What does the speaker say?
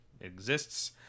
exists